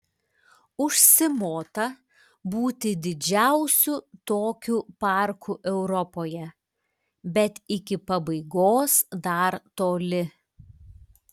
užsimota būti didžiausiu tokiu parku europoje bet iki pabaigos dar toli